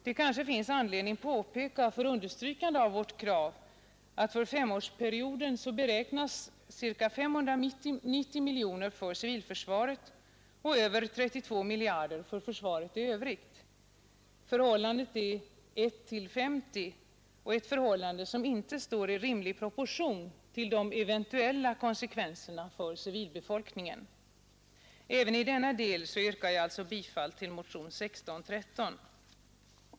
För understrykande av vårt krav finns det kanske anledning påpeka att för femårsperioden beräknas ca 590 miljoner kronor för civilförsvaret och över 32 miljarder för försvaret i övrigt. Förhållandet är 1 till 50, och det är ett förhållande som inte står i rimlig proportion till de eventuella konsekvenserna för civilbefolkningen. Även i denna del yrkar jag bifall till motionen 1613.